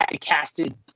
casted